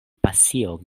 pasio